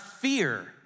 fear